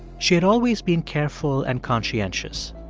she had always been careful and conscientious.